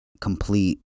complete